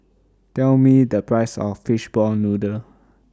Tell Me The Price of Fishball Noodle